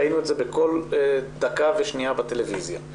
ראינו את זה בכל דקה ושנייה בטלוויזיה.